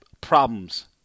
problems